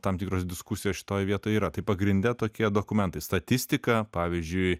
tam tikros diskusijos šitoj vietoj yra tai pagrinde tokie dokumentai statistika pavyzdžiui